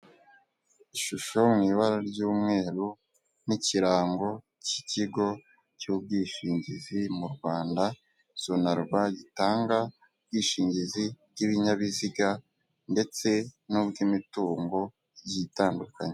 Ishusho mu ibara ry'umweru n'ikirango cy'ikigo cy'ubwishingizi mu Rwanda, sonarwa, gitanga ubwishingizi bw'ibinyabiziga ndetse n'ubw'imitungo igiye itandukanye.